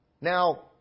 Now